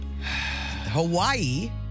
Hawaii